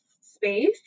space